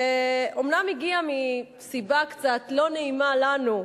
שאומנם הגיע מסיבה קצת לא נעימה לנו,